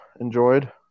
enjoyed